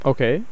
Okay